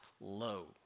low